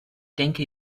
denke